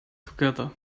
together